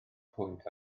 pwynt